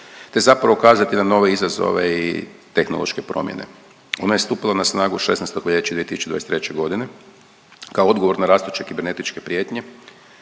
te zapravo ukazati na nove izazove i tehnološke promjene. Ona je stupila na snagu 16. veljače 2023. g., kao odgovor na rastuće kibernetičke prijetnje